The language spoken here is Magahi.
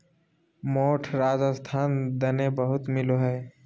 मोठ राजस्थान दने बहुत मिलो हय